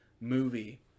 movie